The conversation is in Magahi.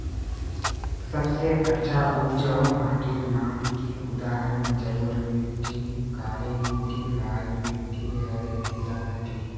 सबसे अच्छा उपजाऊ माटिर नाम की उदाहरण जलोढ़ मिट्टी, काली मिटटी, लाल मिटटी या रेतीला मिट्टी?